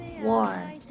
war